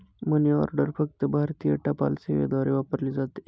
मनी order फक्त भारतीय टपाल सेवेद्वारे वापरली जाते